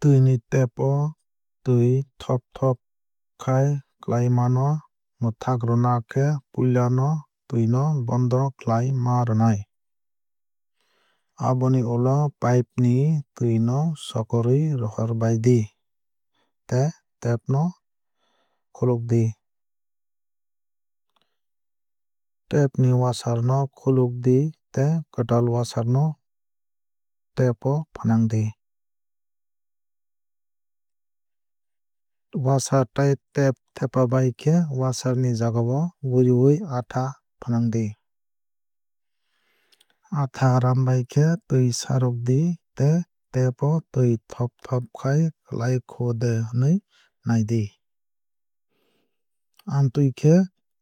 Twui ni tap o twi thop thop khai klaimano mwthakrwna khe puila no twi no bondo khlai ma rwnai. Aboni ulo pipe ni twui no sokorwui rohorbai di tei tap no khwlwkdi. Tap ni wahser no khwlwkdi tei kwtal washer no tap o fwnangdi. Washer tei tap thepabai khe washer ni jagao guriwui atha fwnangdi. Atha raanbai khe twi saarokdi tei tap o twui thop thop khai kwlai kho de hinwui naidi. Amtwui khe